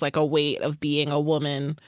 like a weight of being a woman,